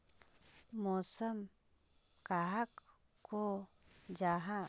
मौसम कहाक को जाहा?